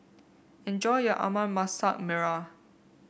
enjoy your ayam Masak Merah